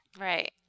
Right